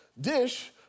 dish